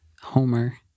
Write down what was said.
Homer